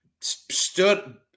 stood